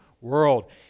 world